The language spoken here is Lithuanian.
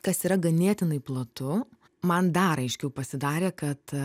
kas yra ganėtinai platu man dar aiškiau pasidarė kad